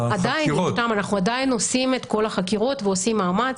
אנחנו עדיין עושים את כל החקירות ועושים מאמץ.